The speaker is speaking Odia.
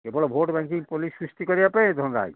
କେବଳ ଭୋଟ୍ ବ୍ୟାଙ୍କିଙ୍ଗ ପଲିସି ସୃଷ୍ଟି କରିବା ପାଇଁ ଏ ଧନ୍ଦା ହେଇଛି